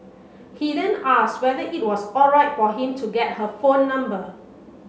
he then asked whether it was alright for him to get her phone number